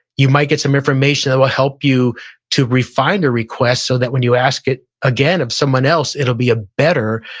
you might get some information that will help you to refine a request, so that when you ask it again of someone else it'll be a better,